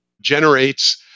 generates